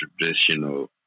traditional